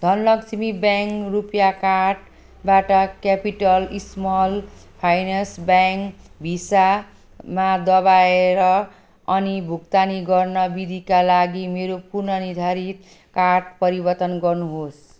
Dhanlaxmi bank रुपियाँ कार्डबाट capital small finance bank भिसामा दबाएर अनि भुक्तानी गर्न विधिका लागि मेरो पूर्वनिर्धारित कार्ड परिवर्तन गर्नुहोस्